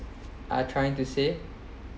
are trying to say